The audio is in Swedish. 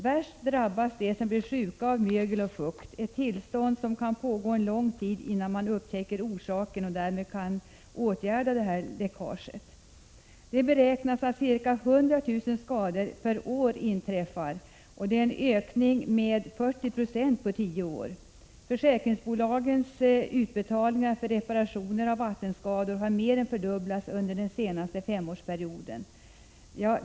Värst drabbas de som blir sjuka av mögel och fukt. Deras besvär kan pågå en lång tid innan man upptäcker orsaken och därmed kan åtgärda läckaget. Det beräknas att det inträffar ca 100 000 skador per år, vilket är en ökning med 40 9 på tio år. Försäkringsbolagens utbetalningar för reparationer av vattenskador har mer än fördubblats under den senaste femårsperioden.